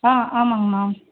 ஆ ஆமாம்ங்க மேம்